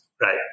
right